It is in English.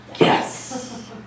yes